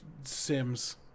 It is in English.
Sims